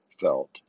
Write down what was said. felt